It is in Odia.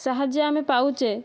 ସାହାଯ୍ୟ ଆମେ ପାଉଛେ